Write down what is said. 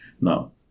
Now